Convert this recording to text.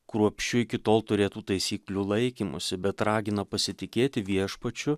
kruopščiu iki tol turėtų taisyklių laikymusi bet ragino pasitikėti viešpačiu